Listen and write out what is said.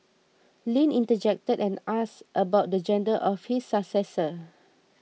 Lin interjected and asked about the gender of his successor